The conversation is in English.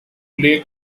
play